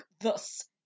thus